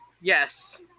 Yes